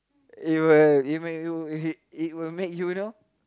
it will it make you it it will make you know